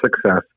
success